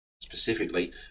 specifically